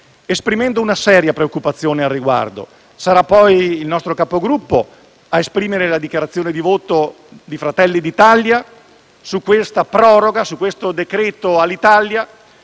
esprimendo una seria preoccupazione al riguardo. Sarà poi il nostro Capogruppo a esprimere la dichiarazione di voto di Fratelli d'Italia su questa proroga e sul decreto-legge